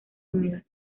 húmedas